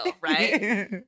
Right